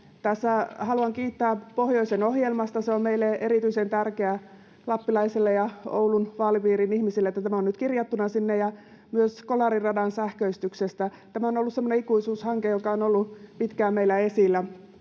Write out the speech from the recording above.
haluan kiittää pohjoisen ohjelmasta — on erityisen tärkeää meille lappilaisille ja Oulun vaalipiirin ihmisille, että tämä on nyt kirjattuna sinne — ja myös Kolari-radan sähköistyksestä. Tämä on ollut semmoinen ikuisuushanke, joka on ollut pitkään meillä esillä.